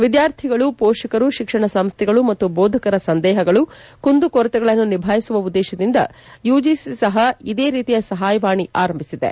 ವಿದ್ಯಾರ್ಥಿಗಳು ಪೋಷಕರು ಶಿಕ್ಷಣ ಸಂಸ್ಥೆಗಳು ಮತ್ತು ಬೋಧಕರ ಸಂದೇಪಗಳು ಕುಂದುಕೊರತೆಗಳನ್ನು ನಿಭಾಯಿಸುವ ಉದ್ದೇಶದಿಂದ ಯುಜಿಸಿ ಸಪ ಇದೇ ರೀತಿಯ ಸಪಾಯವಾಣಿ ಆರಂಭಿಸಿದೆ